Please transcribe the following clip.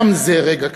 גם זה רגע כזה.